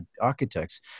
architects